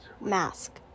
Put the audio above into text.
mask